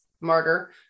martyr